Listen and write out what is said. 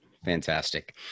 fantastic